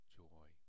joy